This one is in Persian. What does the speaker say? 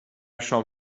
شام